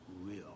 real